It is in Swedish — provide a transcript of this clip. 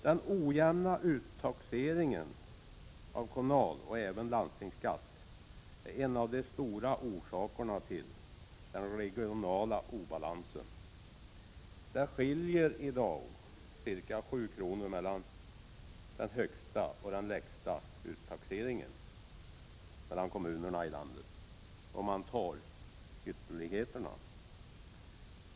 Den ojämna uttaxeringen av kommunalskatt och även av landstingsskatt är en av de stora orsakerna till den regionala obalansen. Det skiljer i dag ca 7 kr. mellan den högsta och den lägsta uttaxeringen i kommunerna i landet.